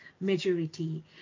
majority